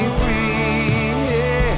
free